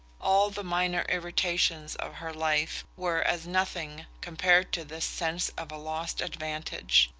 all the minor irritations of her life, were as nothing compared to this sense of a lost advantage.